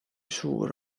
suur